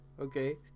okay